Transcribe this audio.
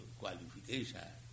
qualification